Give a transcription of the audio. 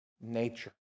nature